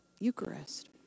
Eucharist